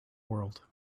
world